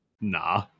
Nah